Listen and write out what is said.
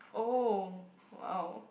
oh !wow!